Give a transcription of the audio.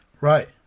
right